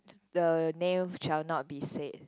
the nail child not be saved